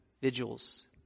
vigils